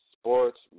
Sports